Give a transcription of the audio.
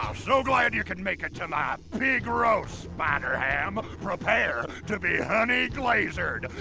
um so glad you could make it to my pig roast, spider-ham. prepare to be honey glasered.